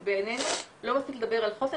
כי בעינינו לא מספיק לדבר על חוסן,